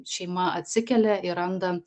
šeima atsikelia ir randa